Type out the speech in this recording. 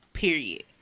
Period